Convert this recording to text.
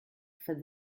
for